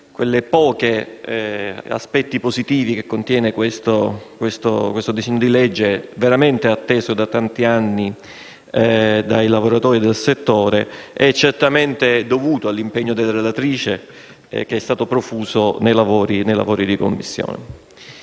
dei pochi aspetti positivi che contiene il disegno di legge, atteso da tanti anni dai lavoratori del settore, è certamente dovuto all'impegno che la relatrice ha profuso nei lavori della Commissione.